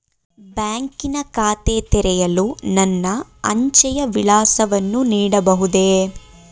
ಬ್ಯಾಂಕಿನ ಖಾತೆ ತೆರೆಯಲು ನನ್ನ ಅಂಚೆಯ ವಿಳಾಸವನ್ನು ನೀಡಬಹುದೇ?